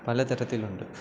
പലതരത്തിലുണ്ട്